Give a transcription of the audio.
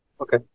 Okay